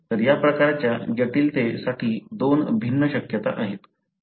तर या प्रकारच्या जटिलते साठी दोन भिन्न शक्यता आहेत